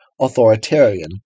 authoritarian